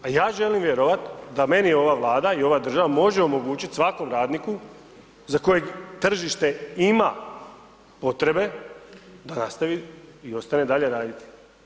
A ja želim vjerovati da meni ova Vlada i ova država može omogućiti, svakom radniku, za kojeg tržište ima potrebe da nastavi i ostane dalje raditi.